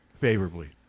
Favorably